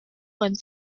went